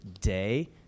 day